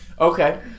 Okay